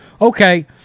Okay